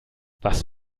was